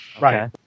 Right